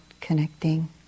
connecting